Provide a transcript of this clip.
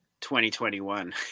2021